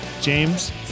James